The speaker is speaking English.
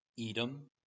edom